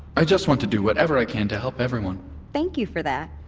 i just want to do whatever i can to help everyone thank you for that.